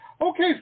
Okay